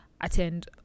attend